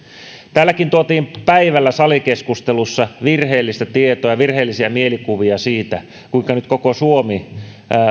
täälläkin tuotiin päivällä salikeskustelussa virheellistä tietoa ja virheellisiä mielikuvia siitä kuinka nyt koko suomi